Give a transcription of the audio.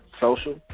Social